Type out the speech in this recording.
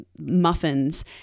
muffins